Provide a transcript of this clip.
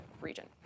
region